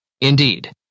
Indeed